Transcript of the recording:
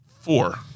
four